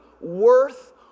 worth